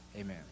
Amen